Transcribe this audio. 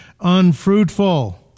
unfruitful